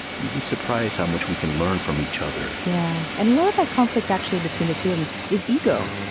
you'd be surprised how much we can learn from each other yeah, and a lot of that conflict, actually, between the two of them, is ego.